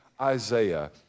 Isaiah